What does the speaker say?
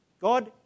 God